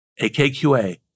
AKQA